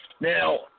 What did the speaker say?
Now